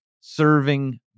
serving